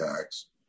tax